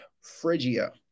Phrygia